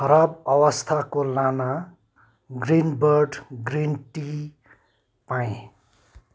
खराब अवस्थाको लाना ग्रिनबर्ड ग्रिन टी पाएँ